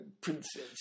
princess